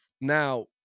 now